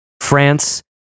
France